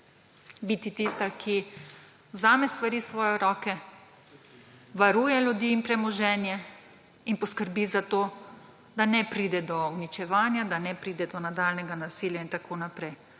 tista, ki vzame stvari v svoje roke, varuje ljudi in premoženje ter poskrbi za to, da ne pride do uničevanja, da ne pride do nadaljnjega nasilja. Absolutno